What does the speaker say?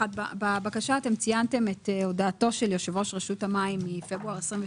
בבקשה ציינתם את הודעתו של יושב-ראש רשות המים מפברואר 2022,